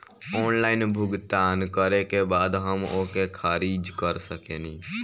Online भुगतान करे के बाद हम ओके खारिज कर सकेनि?